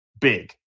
big